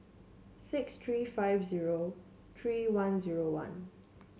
six three five zero three one zero one